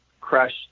crush